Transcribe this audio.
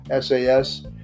SAS